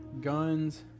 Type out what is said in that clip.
guns